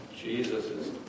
Jesus